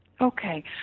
Okay